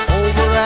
over